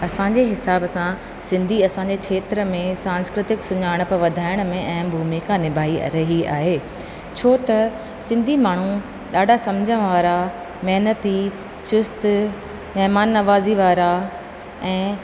असांजे हिसाब सां सिंधी असांजे क्षेत्र में सांस्कृतिक सुञाणप वधाइण में अहम भूमिका निभाई रही आहे छो त सिंधी माण्हू ॾाढा सम्झण वारा महिनती चुस्तु महिमान नवाज़ी वारा ऐं